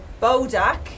bodak